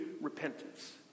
repentance